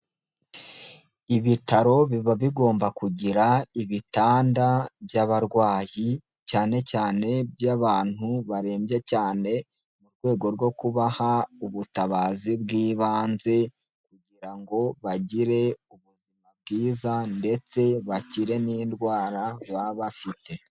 Ibitaro biba bigomba kugira ibitanda by'abarwayi, cyane cyane by'abantu barembye cyane, mu rwego rwo kubaha ubutabazi bw'ibanze kugira ngo bagire bwiza ndetse bakire n'indwara baba bafite.